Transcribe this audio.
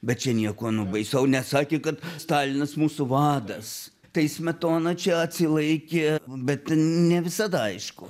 bet čia nieko baisau nesakė kad stalinas mūsų vadas tai smetona čia atsilaikė bet ne visada aišku